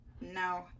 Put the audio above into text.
No